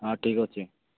ହଁ ଠିକ୍ ଅଛି